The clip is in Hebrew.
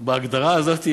בהגדרה הזאת,